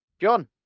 john